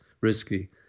risky